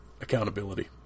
accountability